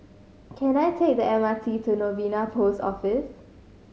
can I take the M R T to Novena Post Office